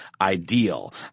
ideal